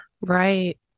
Right